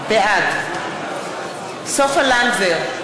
בעד סופה לנדבר,